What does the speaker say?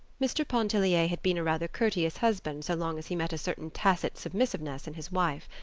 mr. pontellier had been a rather courteous husband so long as he met a certain tacit submissiveness in his wife.